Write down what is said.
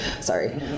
Sorry